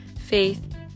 faith